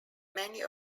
many